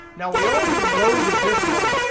now we already loaded this one.